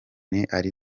ari